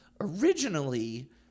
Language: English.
originally